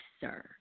sir